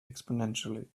exponentially